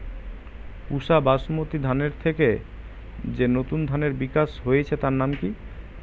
পুসা বাসমতি ধানের থেকে যে নতুন ধানের বিকাশ হয়েছে তার নাম কি?